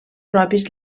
propis